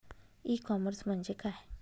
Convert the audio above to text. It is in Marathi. ई कॉमर्स म्हणजे काय?